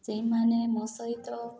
ସେଇମାନେ ମୋ ସହିତ